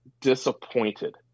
disappointed